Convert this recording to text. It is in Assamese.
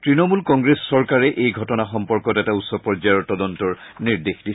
তৃণমূল কংগ্ৰেছ চৰকাৰে এই ঘটনা সম্পৰ্কত এটা উচ্চ পৰ্যায়ৰ তদন্তৰ নিৰ্দেশ দিছে